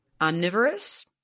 omnivorous